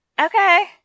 Okay